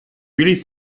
really